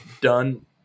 done